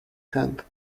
hand